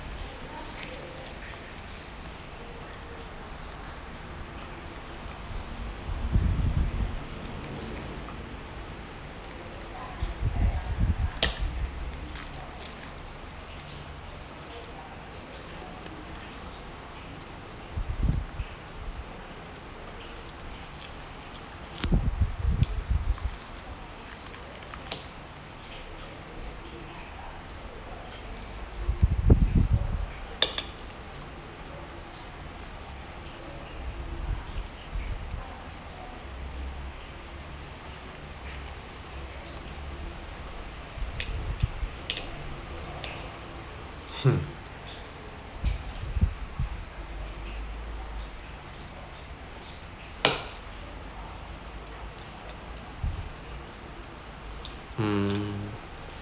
hmm mm